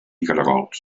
caragols